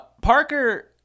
Parker